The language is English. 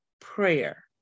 prayer